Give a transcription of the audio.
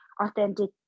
authentic